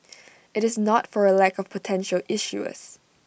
IT is not for A lack of potential issuers